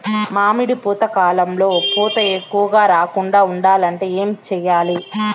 మామిడి పూత కాలంలో పూత ఎక్కువగా రాలకుండా ఉండాలంటే ఏమి చెయ్యాలి?